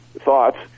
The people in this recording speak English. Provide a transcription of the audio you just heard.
thoughts